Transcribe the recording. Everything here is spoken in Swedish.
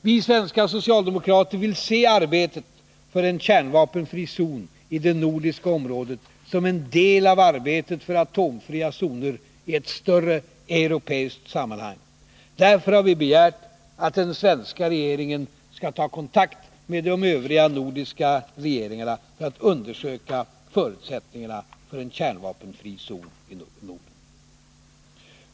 Vi svenska socialdemokrater vill se arbetet för en kärnvapenfri zon i det nordiska området som en del av arbetet för atomfria zoner i ett större europeiskt sammanhang. Därför har vi begärt att den svenska regeringen skall ta kontakt med de övriga nordiska regeringarna för att undersöka förutsättningarna för en kärnvapenfri zon i Norden.